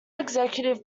executive